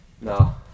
No